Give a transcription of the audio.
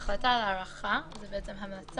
ההחלטה על ההארכה זו המלצת